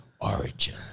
Origin